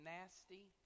nasty